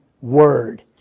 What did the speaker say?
word